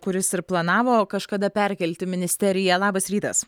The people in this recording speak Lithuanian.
kuris ir planavo kažkada perkelti ministeriją labas rytas